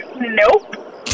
nope